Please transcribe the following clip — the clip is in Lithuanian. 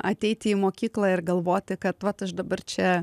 ateiti į mokyklą ir galvoti kad vat aš dabar čia